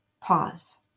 pause